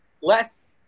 less